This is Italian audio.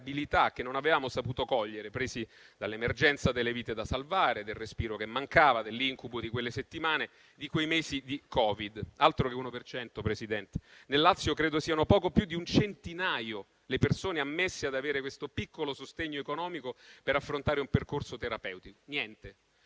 che non avevamo saputo cogliere, presi dall'emergenza delle vite da salvare, del respiro che mancava, dell'incubo di quelle settimane e di quei mesi di Covid-19. Altro che uno per cento, signor Presidente! Nel Lazio credo siano poco più di un centinaio le persone ammesse ad avere questo piccolo sostegno economico per affrontare un percorso terapeutico. È